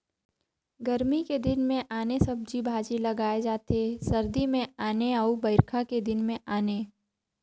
गरमी के दिन मे आने सब्जी भाजी लगाए जाथे सरदी मे आने अउ बइरखा के दिन में आने